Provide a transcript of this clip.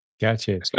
gotcha